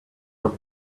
have